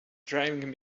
driving